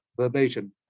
verbatim